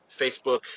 Facebook